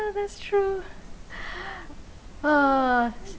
uh that's true ah